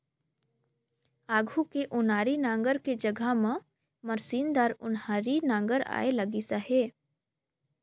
आघु के ओनारी नांगर के जघा म मसीनदार ओन्हारी नागर आए लगिस अहे